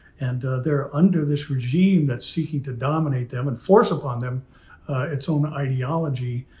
and they're under this regime that seeking to dominate them and force upon them its own ideology.